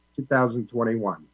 2021